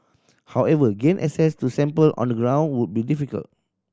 however gain access to sample on the ground would be difficult